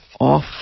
off